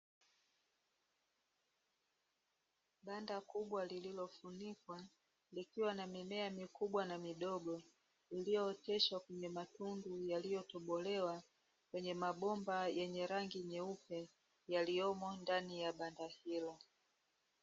Banda kubwa lililofunikwa, likiwa na mimea mikubwa na midogo iliyooteshwa kwenye matundu yaliyotobolewa kwenye mabomba yenye rangi nyeupe yaliomo ndani ya banda hilo.